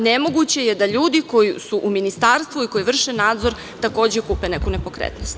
Nemoguće je da ljudi koji su u ministarstvu i koji vrše nadzor takođe kupe neku nepokretnost.